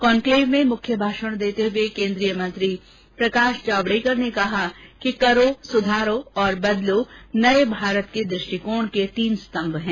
conclave में मुख्य भाषण देते हये केन्द्रीय मंत्री प्रकाश जावड़ेकर ने कहा कि करो सुधारो और बदलो नये भारत के दृष्टिकोण के तीन स्तम्भ हैं